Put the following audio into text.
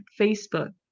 Facebook